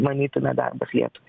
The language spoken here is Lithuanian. manytina darbas lietuvai